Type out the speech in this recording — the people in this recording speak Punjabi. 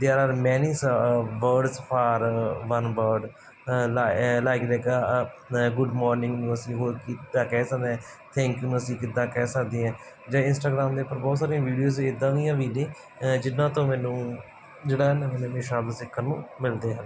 ਦੇਅਰ ਆਰ ਮੈਨੀ ਸ ਵਰਡਸ ਫਾਰ ਵੱਨ ਵਰਡ ਲਾਈ ਲਾਈਕ ਦੇਖ ਗੁਡ ਮੋਰਨਿੰਗ ਅਸੀਂ ਹੋਰ ਕਿੱਦਾਂ ਕਹਿ ਸਕਦੇ ਹਾਂ ਥੈਂਕ ਯੂ ਨੂੰ ਅਸੀਂ ਕਿੱਦਾਂ ਕਹਿ ਸਕਦੇ ਹਾਂ ਜਾਂ ਇਨਸਟਾਗਰਾਮ ਦੇ ਉੱਪਰ ਬਹੁਤ ਸਾਰੀਆਂ ਵੀਡੀਓਜ਼ ਇੱਦਾਂ ਵੀ ਨੇ ਜਿਹਨਾਂ ਤੋਂ ਮੈਨੂੰ ਜਿਹੜੇ ਨਵੇ ਨਵੇ ਸ਼ਬਦ ਸਿੱਖਣ ਨੂੰ ਮਿਲਦੇ ਹਨ